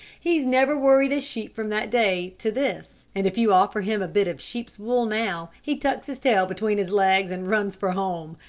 he's never worried a sheep from that day to this, and if you offer him a bit of sheep's wool now, he tucks his tail between his legs, and runs for home.